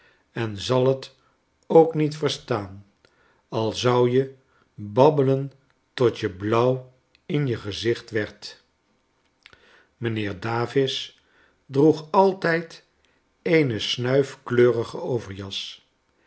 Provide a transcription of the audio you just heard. en zal het ook niet verstaan al zou je babbelen tot je blauw in je gezicht werdt mijnheer davis droeg altijd eene snuifkleurige overjas